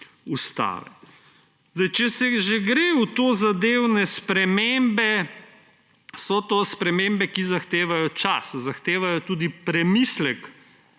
Ustave. Če se že gre v tozadevne spremembe, so to spremembe, ki zahtevajo čas, zahtevajo tudi premislek,